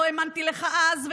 לא האמנתי לך אז,